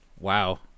Wow